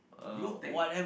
Blu-Tack